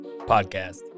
podcast